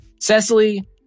cecily